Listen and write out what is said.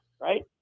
right